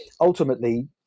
ultimately